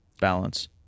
balance